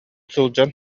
сылдьан